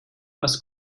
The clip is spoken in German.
was